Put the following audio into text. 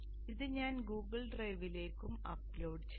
അതിനാൽ ഇത് ഞാൻ ഗൂഗിൾ ഡ്രൈവിലേക്കും അപ്ലോഡ് ചെയ്യും